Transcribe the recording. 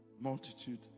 Multitude